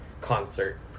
concert